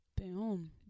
Boom